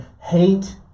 hate